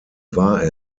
war